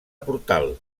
portal